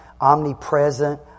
Omnipresent